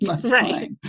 Right